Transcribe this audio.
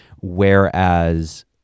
Whereas